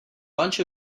bunch